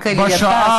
רק לידיעתך,